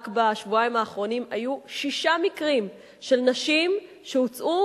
רק בשבועיים האחרונים היו שישה מקרים של נשים שהוצאו